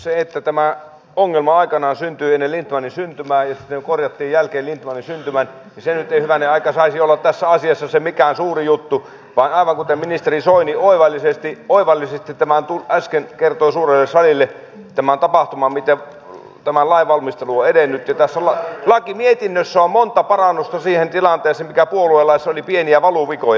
se että tämä ongelma aikanaan syntyi ennen lindtmanin syntymää ja sitä korjattiin jälkeen lindtmanin syntymän nyt ei hyvänen aika saisi olla tässä asiassa se mikä on suuri juttu vaan aivan kuten ministeri soini oivallisesti äsken kertoi suurelle salille tämän tapahtuman miten tämän lain valmistelu on edennyt tässä lakimietinnössä on monta parannusta siihen tilanteeseen että puoluelaissa oli pieniä valuvikoja